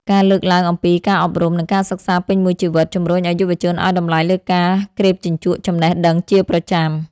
ការលើកឡើងអំពី ការអប់រំ និងការសិក្សាពេញមួយជីវិត ជម្រុញឱ្យយុវជនឱ្យតម្លៃលើការក្រេបជញ្ជក់ចំណេះដឹងជាប្រចាំ។